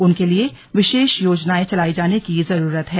उनके के लिए विशेष योजनाएं चलाये जाने की जरूरत है